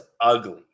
ugly